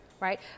right